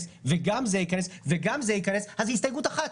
וגם זה ייכנס וגם זה ייכנס אז זו הסתייגות אחת,